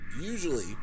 Usually